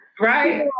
right